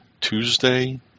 Tuesday